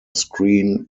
screen